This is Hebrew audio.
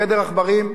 כעדר עכברים?